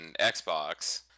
Xbox